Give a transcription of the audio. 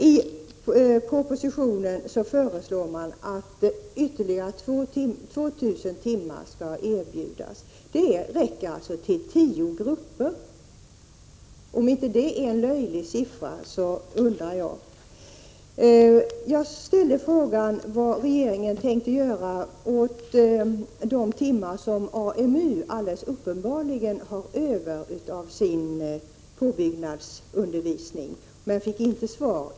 I propositionen föreslås att ytterligare 2 000 timmar skall erbjudas. Det räcker alltså till tio grupper, och det är ett löjligt litet antal. Jag ställde frågan vad regeringen tänker göra åt de timmar som AMU helt uppenbart har över av sin påbyggnadsundervisning men fick inget svar.